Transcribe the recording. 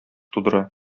тудыра